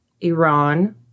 Iran